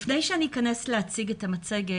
לפני שאני אציג את המצגת,